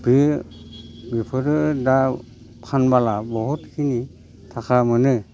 बे बिफोरो दा फानबाला बहुदखिनि थाखा मोनो